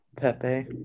Pepe